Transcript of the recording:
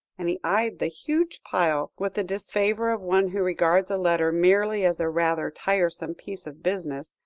and he eyed the huge pile with the disfavour of one who regards a letter merely as a rather tiresome piece of business,